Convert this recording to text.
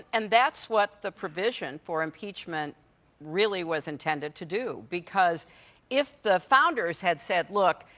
and that's what the provision for impeachment really was intended to do because if the founders had said, look,